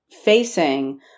facing